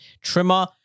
Trimmer